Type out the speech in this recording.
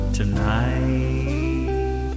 tonight